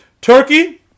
Turkey